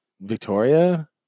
Victoria